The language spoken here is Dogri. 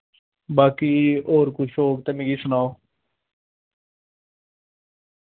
बाकि और कुछ होग ते मिकी सनाओ